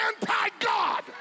anti-God